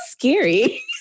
scary